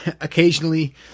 occasionally